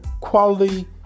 quality